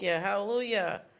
Hallelujah